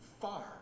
far